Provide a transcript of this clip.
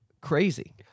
crazy